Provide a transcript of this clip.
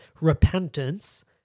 repentance